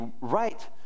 right